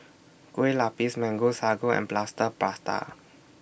Kueh Lupis Mango Sago and Plaster Prata